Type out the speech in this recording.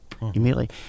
immediately